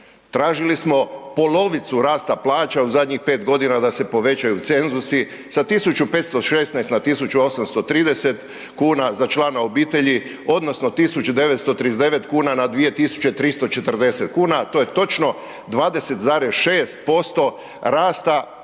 tražili smo polovicu rasta plaća u zadnjih 5.g. da se povećaju cenzusi sa 1.516,00 na 1.830,00 kn za člana obitelji odnosno 1.939,00 kn na 2.340,00 kn, a to je točno 20,6% rasta plaće